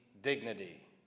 dignity